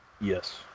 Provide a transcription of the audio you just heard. yes